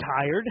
tired